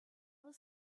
was